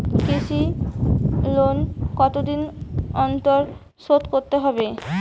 কৃষি লোন কতদিন অন্তর শোধ করতে হবে?